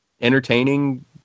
entertaining